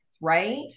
right